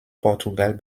portugal